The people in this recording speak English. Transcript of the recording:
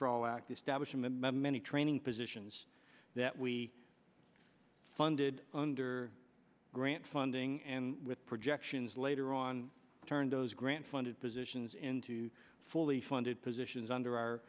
the many training positions that we funded under grant funding and with projections later on turned those grants funded positions into fully funded positions under our